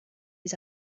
his